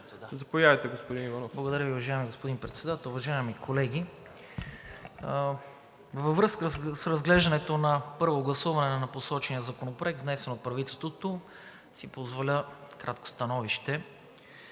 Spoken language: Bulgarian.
Заповядайте, господин Иванов.